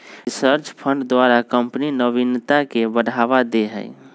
research fund द्वारा company नविनता के बढ़ावा दे हइ